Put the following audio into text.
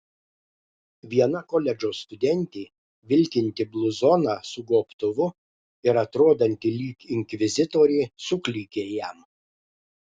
viena koledžo studentė vilkinti bluzoną su gobtuvu ir atrodanti lyg inkvizitorė suklykė jam